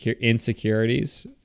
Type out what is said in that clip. insecurities